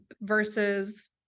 versus